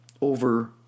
over